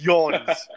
Yawns